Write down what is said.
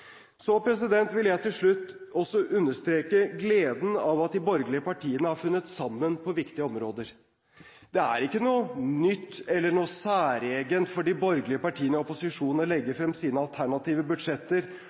Så vil jeg til slutt også understreke gleden av at de borgerlige partiene har funnet sammen på viktige områder. Det er ikke noe nytt eller noe særegent for de borgerlige partiene i opposisjonen å legge frem sine alternative budsjetter